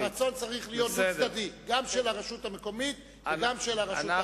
הרצון צריך להיות דו-צדדי: גם של הרשות המקומית וגם של הרשות,